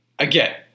Again